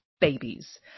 babies